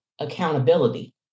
accountability